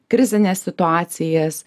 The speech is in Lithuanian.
krizines situacijas